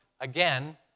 again